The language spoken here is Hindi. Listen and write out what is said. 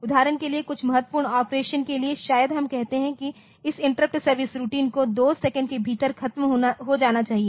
उदाहरण के लिए कुछ महत्वपूर्ण ऑपरेशन के लिए शायद हम कहते हैं कि इस इंटरप्ट सर्विस रूटीन को 2 सेकंड के भीतर खत्म हो जानी चाहिए